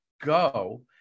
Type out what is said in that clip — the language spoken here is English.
go